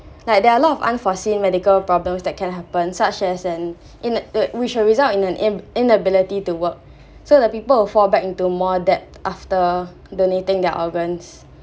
like there are a lot of unforeseen medical problems that can happen such as an in which will result ina~ inability to work so the people fall back into more debt after donating their organs